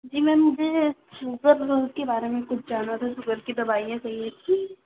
जी ma'am मुझे sugar के बारे में कुछ जानना था शुगर की दवाइयाँ चाहिये थी